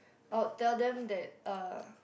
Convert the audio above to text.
I would tell them that uh